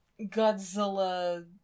Godzilla